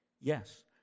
Yes